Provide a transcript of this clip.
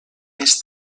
més